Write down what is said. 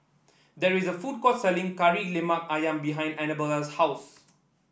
there is a food court selling Kari Lemak ayam behind Anabella's house